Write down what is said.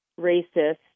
racist